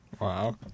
Wow